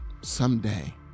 someday